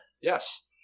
Yes